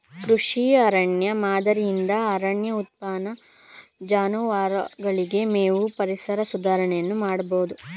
ಕೃಷಿ ಅರಣ್ಯ ಮಾದರಿಯಿಂದ ಅರಣ್ಯ ಉತ್ಪನ್ನ, ಜಾನುವಾರುಗಳಿಗೆ ಮೇವು, ಪರಿಸರ ಸುಧಾರಣೆಯನ್ನು ಮಾಡಬೋದು